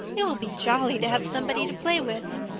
it will be jolly to have somebody to play with.